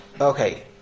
Okay